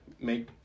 make